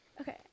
Okay